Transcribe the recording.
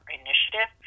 initiative